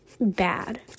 bad